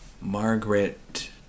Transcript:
Margaret